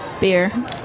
Beer